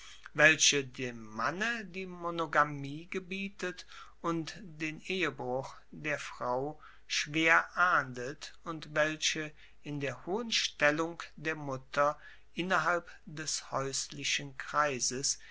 welche dem manne die monogamie gebietet und den ehebruch der frau schwer ahndet und welche in der hohen stellung der mutter innerhalb des haeuslichen kreises